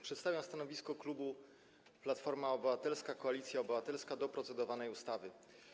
Przedstawiam stanowisko klubu Platforma Obywatelska - Koalicja Obywatelska wobec procedowanej ustawy.